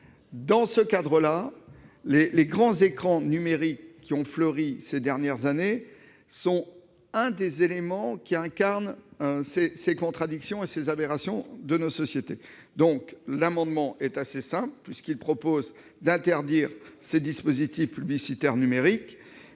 écologique. Les grands écrans numériques qui ont fleuri ces dernières années sont l'un des éléments qui incarnent ces contradictions et ces aberrations de nos sociétés. Notre amendement est assez simple : nous demandons l'interdiction de ces dispositifs publicitaires numériques.